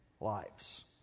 lives